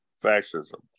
fascism